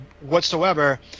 whatsoever